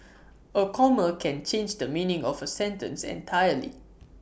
A comma can change the meaning of A sentence entirely